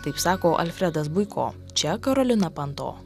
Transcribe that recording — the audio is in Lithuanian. taip sako alfredas buiko čia karolina panto